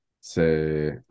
say